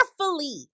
carefully